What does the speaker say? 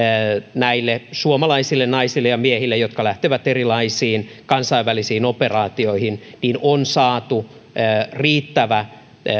näille suomalaisille naisille ja miehille jotka lähtevät erilaisiin kansainvälisiin operaatioihin on saatu riittävä